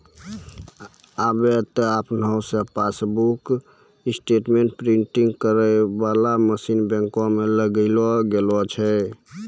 आबे त आपने से पासबुक स्टेटमेंट प्रिंटिंग करै बाला मशीन बैंको मे लगैलो गेलो छै